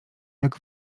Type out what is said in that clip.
jak